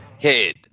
head